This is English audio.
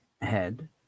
head